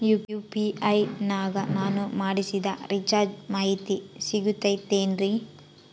UPI ನಾಗ ನಾನು ಮಾಡಿಸಿದ ರಿಚಾರ್ಜ್ ಮಾಹಿತಿ ಸಿಗುತೈತೇನ್ರಿ?